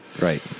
Right